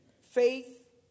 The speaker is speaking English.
Faith